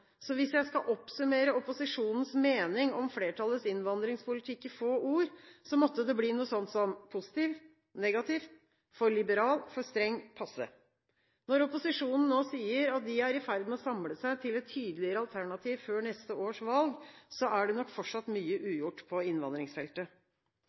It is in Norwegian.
Så hvis jeg skal oppsummere opposisjonens mening om flertallets innvandringspolitikk i få ord, måtte det bli noe sånt som: Positiv, negativ, for liberal, for streng, passe. Når opposisjonen nå sier at de er i ferd med å samle seg til et tydeligere alternativ før neste års valg, er det nok fortsatt mye